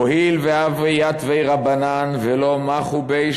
הואיל והוו יתבי רבנן ולא מחו ביה,